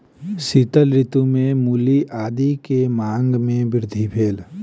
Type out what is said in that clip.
शीत ऋतू में मूली आदी के मांग में वृद्धि भेल